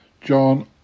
John